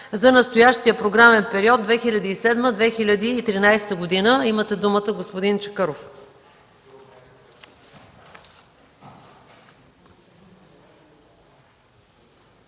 за настоящия програмен период 2007-2013 г. Имате думата, господин Чакъров.